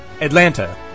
Atlanta